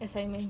assignments